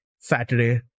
Saturday